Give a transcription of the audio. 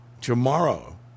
tomorrow